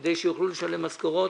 כדי שהם יוכלו לשלם משכורות,